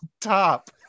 top